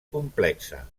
complexa